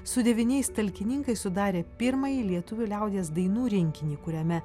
su devyniais talkininkais sudarė pirmąjį lietuvių liaudies dainų rinkinį kuriame